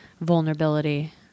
vulnerability